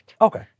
Okay